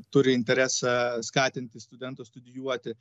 turi interesą skatinti studentus studijuoti